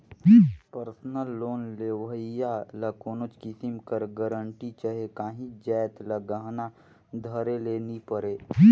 personal loan लेहोइया ल कोनोच किसिम कर गरंटी चहे काहींच जाएत ल गहना धरे ले नी परे